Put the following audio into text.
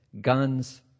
guns